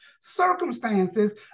circumstances